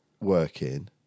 working